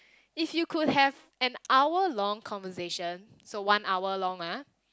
if you could have an hour long conversation so one hour long ah